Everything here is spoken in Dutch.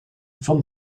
van